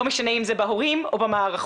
לא משנה אם זה בהורים או במערכות,